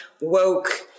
woke